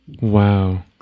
Wow